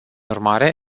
urmare